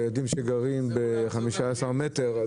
הילדים שלי גרים ב-15 מטר,